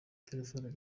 claver